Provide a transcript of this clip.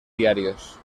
diarios